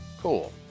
cool